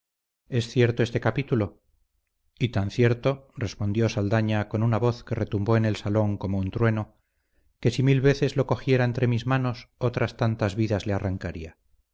este capítulo y tan cierto respondió saldaña con una voz que retumbó en el salón como un trueno que si mil veces lo cogiera entre mis manos otras tantas vidas le arrancaría